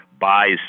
buys